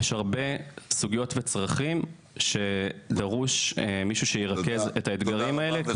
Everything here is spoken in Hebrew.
יש הרבה סוגיות וצרכים שדרוש מישהו שירכז את האתגרים האלה,